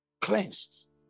cleansed